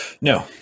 No